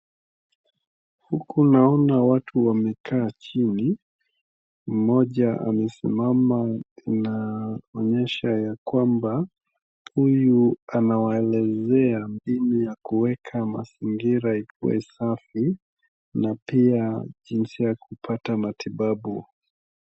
Huku naona watu wamekaa chini mmoja amesimama na onyesha ya kwamba huyu anawaelezea mbinu ya kuweka mazingira ikuwe safi na pia jinsi ya kupata matibabu.